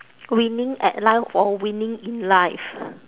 winning at life or winning in life